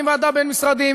עם ועדה בין-משרדית,